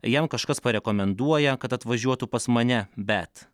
jam kažkas parekomenduoja kad atvažiuotų pas mane bet